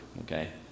okay